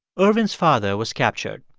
ervin's father was captured.